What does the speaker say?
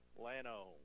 Lano